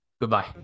goodbye